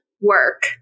work